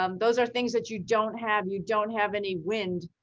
um those are things that you don't have. you don't have any wind,